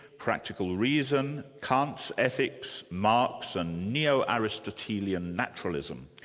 practical reason, kant's ethics, marx and neo-aristotelian naturalism.